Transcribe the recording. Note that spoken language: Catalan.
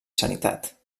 sanitat